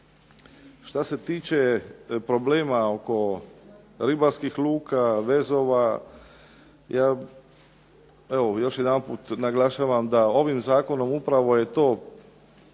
Šta se tiče problema oko ribarskih luka, vezova, ja evo još jedanput naglašavam da ovim zakonom upravo je to